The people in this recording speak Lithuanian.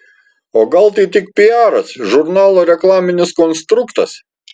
o gal tai tik piaras žurnalo reklaminis konstruktas